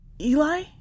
Eli